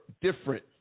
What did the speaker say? different